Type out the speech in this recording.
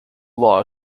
law